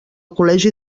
col·legi